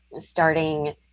starting